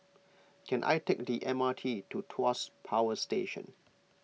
can I take the M R T to Tuas Power Station